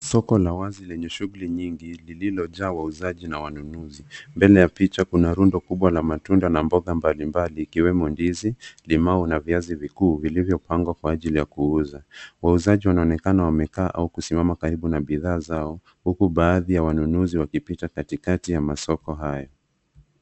Soko la wazi lenye shughuli nyingi lililojaa wauzaji na wanunuzi mbele ya picha kuna rundo kubwa la matunda na mboga mbali mbali ikiwemo ndizi, limau na viazi vikuu vilivyo pangwa kwa ajili ya kuuza. Wauzaji wanaonekana wamekaa au kusimama karibu na bidhaa zao huku baadhi wanunuzi wakipita katikati ya masoko haya.